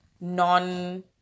non